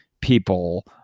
people